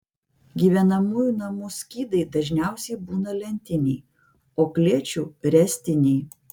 gyvenamųjų namų skydai dažniausiai būna lentiniai o klėčių ręstiniai